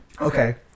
Okay